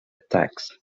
attacks